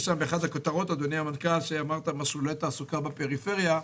באחת הכותרות את העניין של שיעורי התעסוקה בפריפריה.